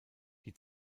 die